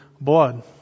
blood